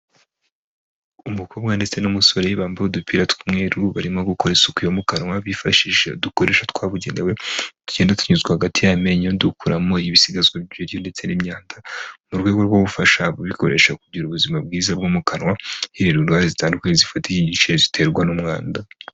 Umukobwa ndetse n'umusore bambu udupira tw'umweru barimo gukora isuku yo mu kanwa bifashishije udukoresho twabugenewe, tugenda tunyuzwa hagati y'amenyo tugenda dukuramo ibisigazwa by'ibiryo ndetse n'imyanda, mu rwego rwo gufasha kubikoresha kugira ubuzima bwiza bwo mu kanwa, hirindwa indwara zitandukanye zifatie igiciro ziterwa n'umwanda.